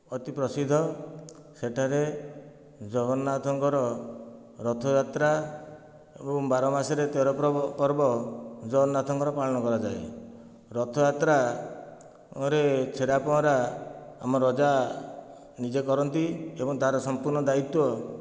ଅତି ପ୍ରସିଦ୍ଧ ସେଠାରେ ଜଗନ୍ନାଥଙ୍କର ରଥଯାତ୍ରା ଏବଂ ବାର ମାସରେ ତେର ପ୍ରବ ପର୍ବ ଜଗନ୍ନାଥଙ୍କର ପାଳନ କରାଯାଏ ରଥଯାତ୍ରାରେ ଛେରା ପହଁରା ଆମ ରାଜା ନିଜେ କରନ୍ତି ଏବଂ ତାର ସଂପୂର୍ଣ୍ଣ ଦାୟିତ୍ଵ